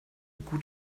gut